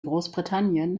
großbritannien